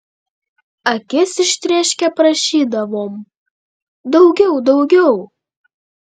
akis ištrėškę prašydavom daugiau daugiau